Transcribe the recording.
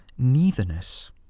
neitherness